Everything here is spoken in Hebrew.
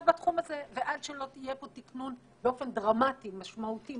בתחום הזה ועד שלא יהיה פה תִקנוּן באופן דרמטי משמעותי,